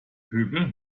pöbel